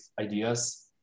ideas